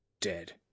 Dead